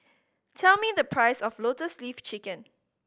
tell me the price of Lotus Leaf Chicken